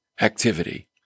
activity